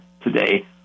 today